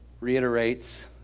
reiterates